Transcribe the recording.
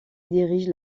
dirige